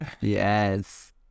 Yes